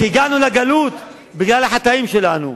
הגענו לגלות בגלל החטאים שלנו,